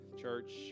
church